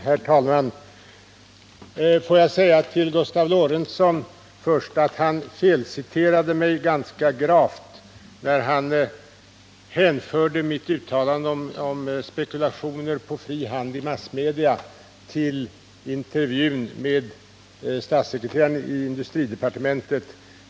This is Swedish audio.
Herr talman! Gustav Lorentzon felciterade mig ganska gravt när han hänförde mitt uttalande om spekulationer på fri hand i massmedia till intervjun med statssekreteraren i industridepartementet.